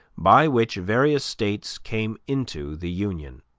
by which various states came into the union.